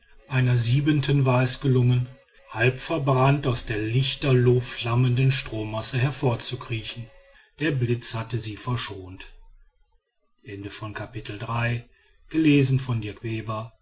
einer siebenten war es gelungen halb verbrannt aus der lichterloh flammenden strohmasse hervorzukriechen der blitz hatte sie verschont